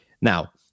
now